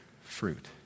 fruit